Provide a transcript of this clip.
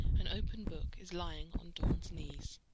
an open book is lying on dorn's knees.